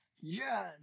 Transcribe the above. Yes